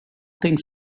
thing